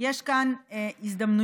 יש כאן הזדמנויות,